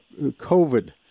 COVID